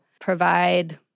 provide